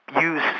use